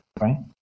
Right